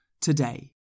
today